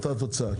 אותה תוצאה.